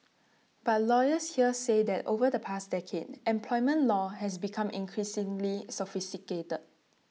but lawyers here say that over the past decade employment law has become increasingly sophisticated